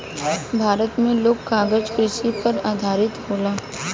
भारत मे लोग कागज कृषि पर आधारित होला